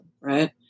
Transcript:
right